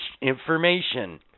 information